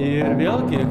ir vėlgi